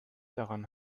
daran